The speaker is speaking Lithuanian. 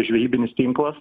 žvejybinis tinklas